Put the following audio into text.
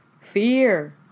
Fear